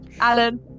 Alan